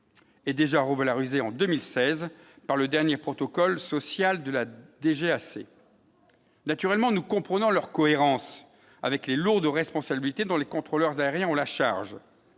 et déjà revalorisé en 2016 par le dernier protocole social de la DGAC. Naturellement, nous comprenons leur cohérence avec les lourdes responsabilités dans les contrôleurs aériens ont la charge,